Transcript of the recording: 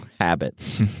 habits